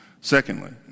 Secondly